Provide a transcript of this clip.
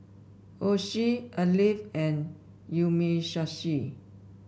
Oishi Alive and Umisushi